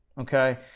Okay